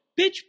bitch